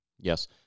Yes